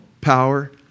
power